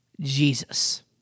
Jesus